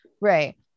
right